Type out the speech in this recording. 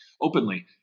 openly